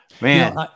man